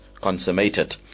consummated